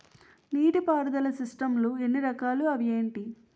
నీటిపారుదల సిస్టమ్ లు ఎన్ని రకాలు? అవి ఏంటి?